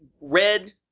red